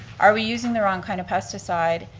are we using the wrong kind of pesticide?